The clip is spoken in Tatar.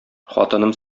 хатыным